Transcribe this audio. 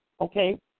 Okay